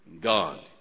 God